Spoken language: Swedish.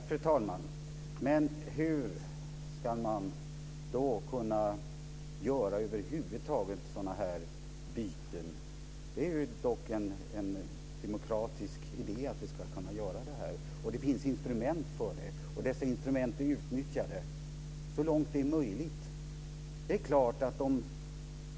Fru talman! Hur ska man då över huvud taget kunna göra sådana byten? Det är dock en demokratisk idé att kunna göra sådant, och det finns instrument för det. Dessa instrument har utnyttjats så långt det är möjligt.